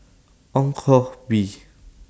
Ong Koh Bee